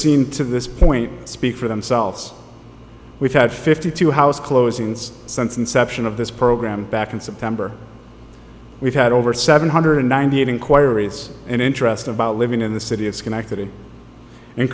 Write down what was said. seen to this point speak for themselves we've had fifty two house closings since inception of this program back in september we've had over seven hundred ninety eight inquiries and interest about living in the city of schenectady and